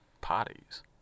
parties